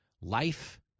life